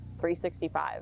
365